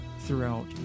throughout